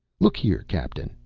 look here, captain,